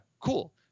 cool